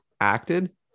acted